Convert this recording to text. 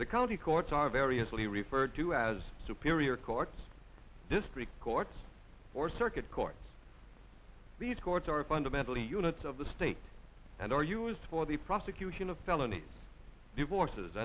the county courts are variously referred to as superior courts district courts or circuit courts these courts are fundamentally units of the state and are used for the prosecution of felony divorces